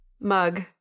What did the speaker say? Mug